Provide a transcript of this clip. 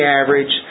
average